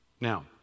now